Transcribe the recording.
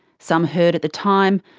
some heard at the time,